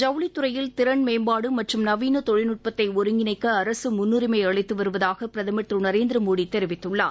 ஜவுளித்துறையில் திறன்மேம்பாடு மற்றும் நவீள தொழில்நட்பத்தை ஒருங்கிணைக்க அரசு முன்னுரிமை அளித்து வருவதாக பிரதமர் திரு நரேந்திர மோடி தெரிவித்துள்ளார்